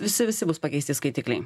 visi visi bus pakeisti skaitikliai